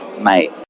mate